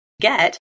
get